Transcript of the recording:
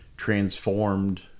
transformed